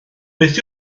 beth